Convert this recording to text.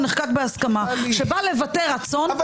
נחקק בהסכמה שבא לבטא רצון --- רגע,